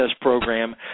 program